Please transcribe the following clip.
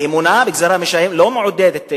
האמונה בגזירה משמים לא מעודדת.